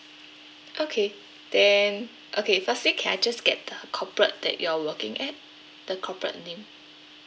okay then okay firstly can I just get the corporate that you're working at the corporate name